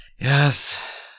Yes